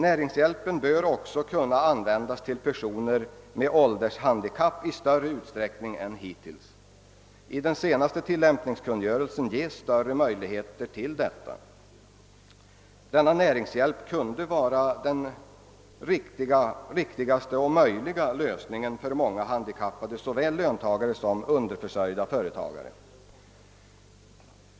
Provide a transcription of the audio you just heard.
Näringshjälpen bör också i större utsträckning än hittills kunna ges till personer med åldershandikapp. Enligt den senaste tillämpningskungörelsen ges större möjligheter härtill. Denna näringshjälp kunde vara den riktigaste lösning som det är möjligt att åstadkomma för många handikappade, såväl löntagare som underförsörjda företagare.